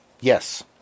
Yes